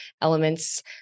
Elements